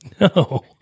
No